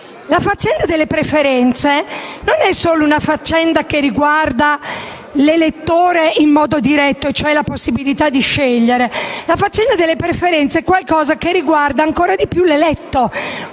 La faccenda delle preferenze non riguarda solo l'elettore in modo diretto e quindi la possibilità di scegliere. La faccenda delle preferenze è qualcosa che riguarda ancora di più l'eletto,